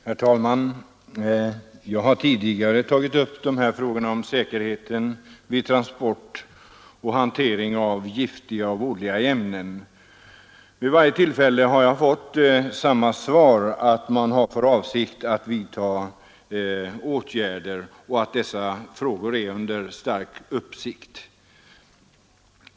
Herr talman! Jag har tidigare tagit upp dessa frågor om säkerheten vid transport och hantering av giftiga och vådliga ämnen, och vid varje tillfälle har jag fått samma svar, nämligen att man har för avsikt att vidta åtgärder och att man har frågorna under stark uppsikt.